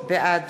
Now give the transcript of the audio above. בעד